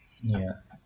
ya